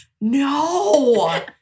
no